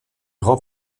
grand